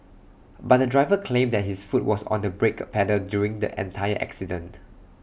but the driver claimed that his foot was on the brake pedal during the entire accident